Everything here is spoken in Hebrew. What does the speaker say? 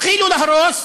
התחילו להרוס,